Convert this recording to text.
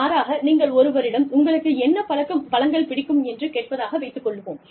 மாறாக நீங்கள் ஒருவரிடம் உங்களுக்கு என்ன பழங்கள் பிடிக்கும் என்று கேட்பதாக வைத்துக் கொள்வோம்